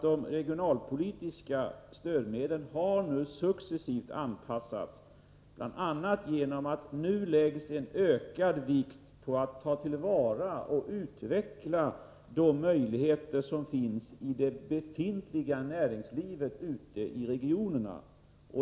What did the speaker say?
De regionalpolitiska stödmedlen har nu successivt anpassats, bl.a. genom att det nu läggs ökad vikt vid att ta till vara och utveckla de möjligheter som finns i det befintliga näringslivet ute i regionerna.